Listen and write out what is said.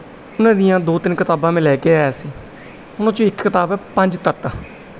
ਉਹਨਾਂ ਦੀਆਂ ਦੋ ਤਿੰਨ ਕਿਤਾਬਾਂ ਮੈਂ ਲੈ ਕੇ ਆਇਆ ਸੀ ਉਹਨਾਂ 'ਚੋਂ ਇੱਕ ਕਿਤਾਬ ਹੈ ਪੰਜ ਤੱਤ